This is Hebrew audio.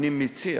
אני מציע